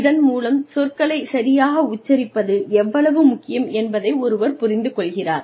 இதன் மூலம் சொற்களை சரியாக உச்சரிப்பது எவ்வளவு முக்கியம் என்பதை ஒருவர் புரிந்து கொள்கிறார்